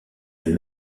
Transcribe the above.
elle